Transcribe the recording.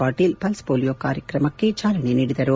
ಪಾಟೀಲ್ ಪಲ್ಲ್ ಪೋಲಿಯೊ ಲಸಿಕೆ ಕಾರ್ಯಕ್ರಮಕ್ಕೆ ಚಾಲನೆ ನೀಡಿದರು